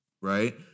right